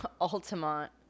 Altamont